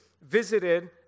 visited